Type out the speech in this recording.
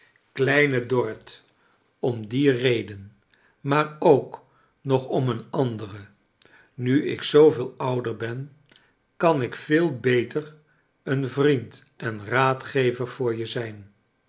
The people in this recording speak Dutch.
kleine dorrit om die reden maar ook nog om een andere nu ik zooveel ouder ben kan ik veel beter een vriend en raadgever voor je zijn